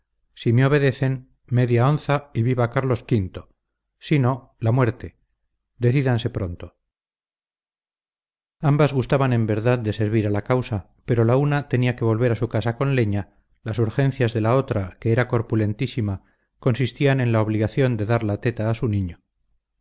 si me obedecen media onza y viva carlos v si no la muerte decídanse pronto ambas gustaban en verdad de servir a la causa pero la una tenía que volver a su casa con leña las urgencias de la otra que era corpulentísima consistían en la obligación de dar la teta a su niño